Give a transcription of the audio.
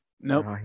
Nope